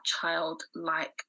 childlike